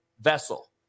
vessel